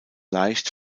leicht